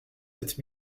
sept